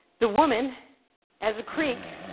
the woman as a creek,